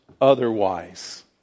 otherwise